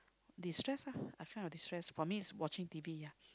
destress ah a kind of destress for me is watching T_V ya